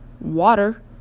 water